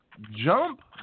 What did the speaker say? Jump